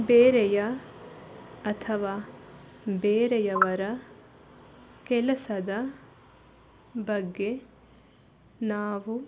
ಬೇರೆಯ ಅಥವಾ ಬೇರೆಯವರ ಕೆಲಸದ ಬಗ್ಗೆ ನಾವು